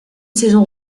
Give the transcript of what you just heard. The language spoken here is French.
saison